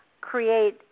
create